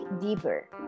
deeper